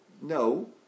no